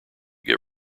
give